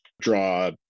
draw